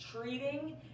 Treating